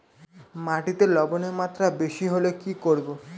মাটিতে লবণের মাত্রা বেশি হলে কি করব?